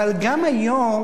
אבל גם היום,